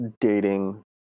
dating